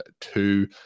Two